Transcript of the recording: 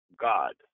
God